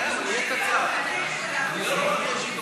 הודעה אישית לחבר הכנסת יואב